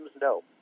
no